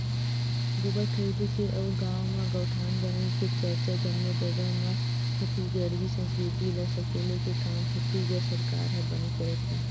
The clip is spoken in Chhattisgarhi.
गोबर खरीदे के अउ गाँव म गौठान बनई के चरचा जम्मो जगा म हे छत्तीसगढ़ी संस्कृति ल सकेले के काम छत्तीसगढ़ सरकार ह बने करत हे